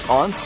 on